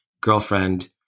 girlfriend